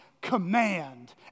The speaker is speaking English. command